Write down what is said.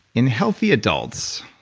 in healthy adults,